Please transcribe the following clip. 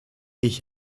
ich